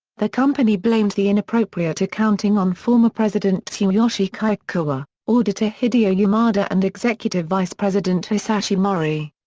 the company blamed the inappropriate accounting on former president tsuyoshi kikukawa, auditor hideo yamada and executive vice-president hisashi mori.